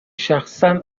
شخصا